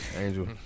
Angel